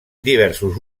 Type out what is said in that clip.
diversos